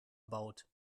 baut